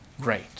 great